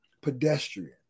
pedestrian